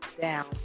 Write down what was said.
down